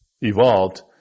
evolved